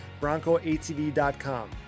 BroncoATV.com